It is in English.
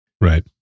right